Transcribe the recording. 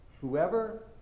whoever